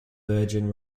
virgin